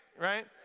right